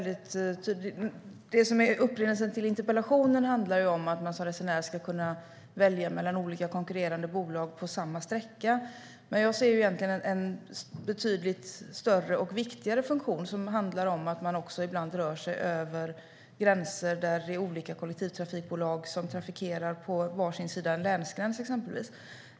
Det som är upprinnelsen till interpellationen handlar om att man som resenär ska kunna välja mellan olika konkurrerande bolag på samma sträcka. Jag ser egentligen en betydligt större och viktigare funktion. Det handlar om att man ibland rör sig över gränser där det är olika kollektivtrafikbolag som trafikerar på exempelvis varsin sida av en länsgräns.